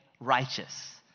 righteous